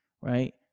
right